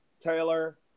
Taylor